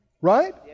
Right